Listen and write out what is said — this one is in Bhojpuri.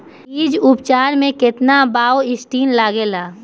बीज उपचार में केतना बावस्टीन लागेला?